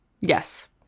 yes